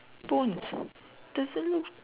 bone doesn't look